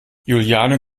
juliane